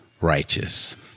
righteous